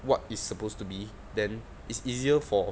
what is supposed to be then it's easier for